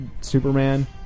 Superman